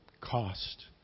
cost